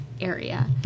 area